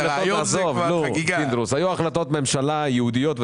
לאמור בהחלטת ממשלה.